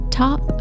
top